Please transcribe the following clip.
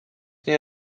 nie